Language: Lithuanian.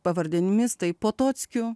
pavardėmis tai potockiu